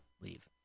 leave